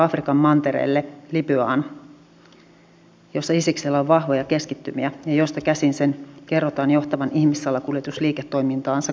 onko muuta kuin suunsoitto tästä asiasta onko takki tosiaan näin tyhjä vai tuleeko niitä esityksiä